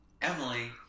Emily